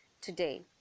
today